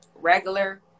regular